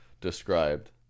described